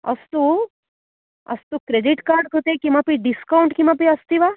अस्तु अस्तु credit card कृते किमपि डिस्कौण्ट् किमपि अस्ति वा